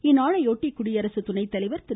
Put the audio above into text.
இந்நாளையொட்டி குடியரசு தலைவர் திரு